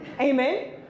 Amen